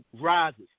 rises